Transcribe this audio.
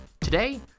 Today